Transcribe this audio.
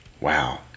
Wow